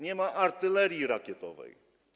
Nie ma artylerii rakietowej.